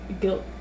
guilt